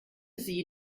sie